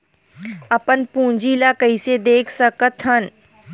अपन पूंजी ला कइसे देख सकत हन?